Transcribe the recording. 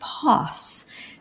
pass